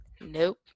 Nope